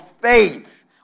faith